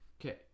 okay